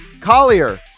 Collier